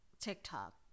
tiktok